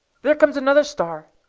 there comes another star!